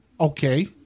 Okay